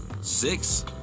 six